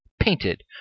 painted